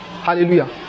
hallelujah